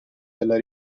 della